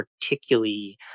particularly